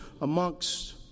amongst